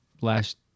last